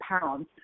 pounds